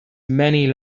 many